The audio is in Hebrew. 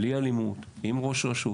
בלי אלימות, עם ראש רשות.